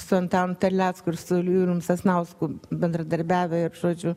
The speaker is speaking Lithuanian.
su antanu terlecku ir su julium sasnausku bendradarbiavę ir žodžiu